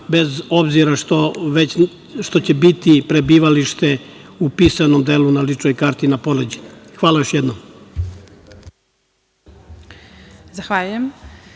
bez obzira što će biti prebivalište u pisanom delu na ličnoj karti na poleđini. Hvala još jednom. **Elvira